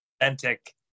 authentic